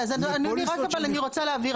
אני רוצה להבהיר,